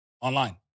online